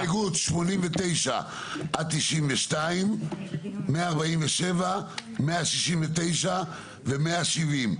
הסתייגות 89 עד 92, 147, 169 ו-170.